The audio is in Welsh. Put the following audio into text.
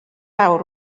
awr